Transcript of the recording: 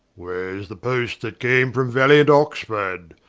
where is the post that came from valiant oxford?